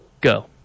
Go